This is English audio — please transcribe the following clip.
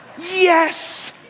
Yes